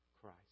Christ